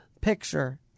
picture